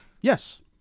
Yes